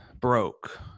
broke